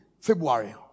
February